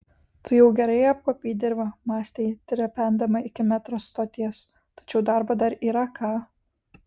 tu jau gerai apkuopei dirvą mąstė ji trependama iki metro stoties tačiau darbo dar yra ką